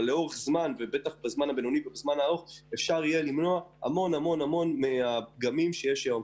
לאורך זמן אפשר יהיה למנוע את הפגמים שיש היום.